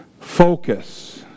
focus